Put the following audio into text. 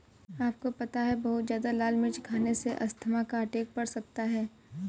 आपको पता है बहुत ज्यादा लाल मिर्च खाने से अस्थमा का अटैक पड़ सकता है?